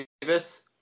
Davis